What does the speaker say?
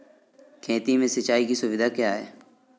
खेती में सिंचाई की सुविधा क्या है?